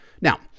Now